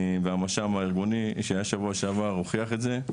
והמש"מ הארגוני שהיה שבוע שעבר הוכיח את זה.